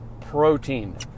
protein